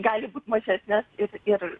gali būt mažesnės ir